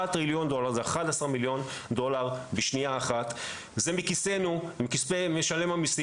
הדבר היחיד שהשתנה הוא משבר האנרגיה באירופה שהקפיץ